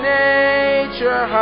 nature